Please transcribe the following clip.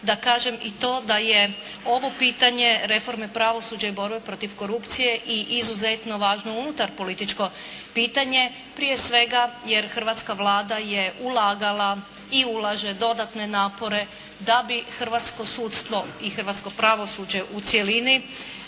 da kažem i to da je ovo pitanje reforme pravosuđa i borbe protiv korupcije i izuzetno važno unutar političko pitanje, prije svega jer hrvatska Vlada je ulagala i ulaže dodatne napore da bi hrvatsko sudstvo i hrvatsko pravosuđe u cjelini